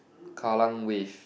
kallang Wave